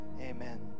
Amen